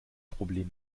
problem